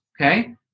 okay